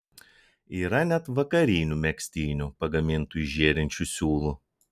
yra net vakarinių megztinių pagamintų iš žėrinčių siūlų